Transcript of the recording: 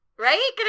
Right